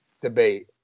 debate